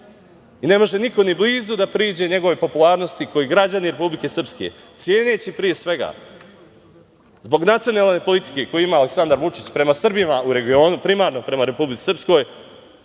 i ne može niko, ni blizu, da priđe njegovoj popularnosti koju građani Republike Srpske, ceneći, zbog nacionalne politike koju ima Aleksandar Vučić prema Srbima u regionu, primarno prema Republici Srpskoj,